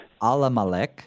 Alamalek